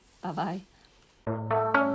Bye-bye